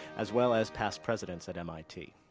as well as past presidents at mit.